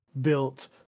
built